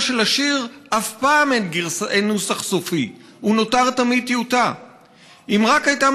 שלשיר אף פעם / אין נוסח סופי / הוא נותר תמיד טיוטה / אם רק הייתה